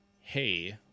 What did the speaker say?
hey